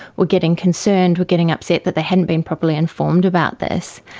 were getting concerned, were getting upset that they hadn't been properly informed about this.